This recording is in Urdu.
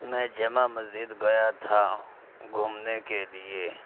میں جامع مسجد گیا تھا گھومنے کے لیے